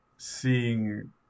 seeing